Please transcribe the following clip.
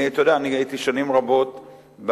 אתה יודע, אני הייתי שנים רבות באופוזיציה.